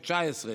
ב-2019,